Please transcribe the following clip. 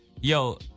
yo